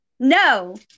No